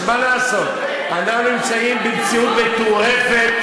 אז מה לעשות, אנחנו נמצאים במציאות מטורפת,